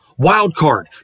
Wildcard